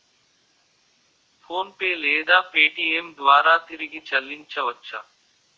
PhonePe లేదా Paytm ద్వారా తిరిగి చల్లించవచ్చ?